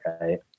right